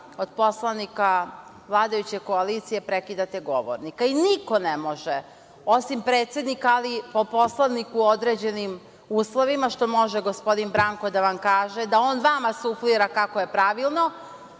od poslanika vladajuće koalicije prekidate govornika i niko ne može osim predsednika, ali po Poslovniku u određenim uslovima što može gospodin Branko da vam kaže da on vama suflira kako je pravilno